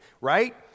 right